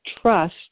trust